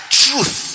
truth